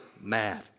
mad